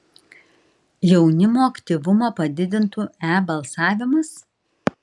jaunimo aktyvumą padidintų e balsavimas